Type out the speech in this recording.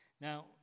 Now